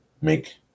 make